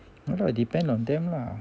ya lah depend on them lah